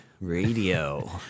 radio